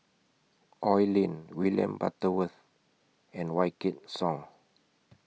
Oi Lin William Butterworth and Wykidd Song